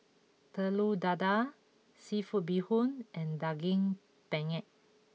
Telur Dadah Seafood Bee Hoon and Daging Penyet